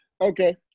Okay